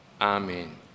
Amen